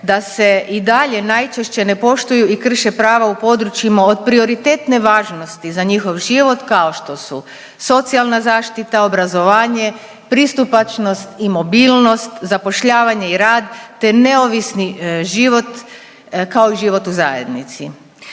da se i dalje najčešće ne poštuju i krše prava u područjima od prioritetne važnosti za njihov život kao što su, socijalna zaštita, obrazovanje, pristupačnost i mobilnost, zapošljavanje i rad te neovisni život kao i život u zajednici.